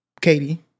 Katie